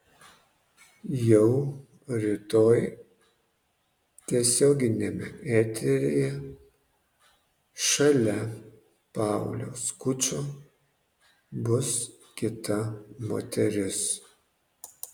jau rytoj tiesioginiame eteryje šalia pauliaus skučo bus kita moteris